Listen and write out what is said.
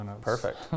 Perfect